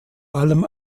allem